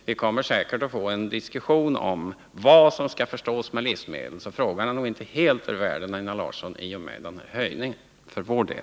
Vi kommer säkert att få en diskussion om vad som skall förstås med livsmedel ur skattesynpunkt, så frågan är nog inte, trots höjningen, helt ur världen för vår del, Einar Larsson.